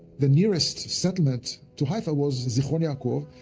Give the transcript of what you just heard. the nearest settlement to haifa was zichron ya'akov,